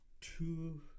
two